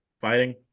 fighting